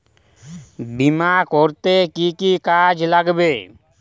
বিমা করতে কি কি কাগজ লাগবে?